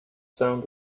sound